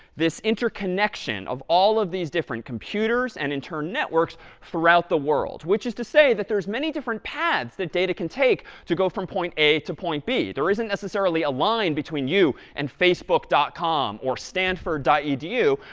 this interconnection of all of these different computers and in turn networks throughout the world, which is to say that there's many different paths that data can take to go from point a to point b. there isn't necessarily a line between you and facebook dot com or stanford edu.